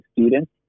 students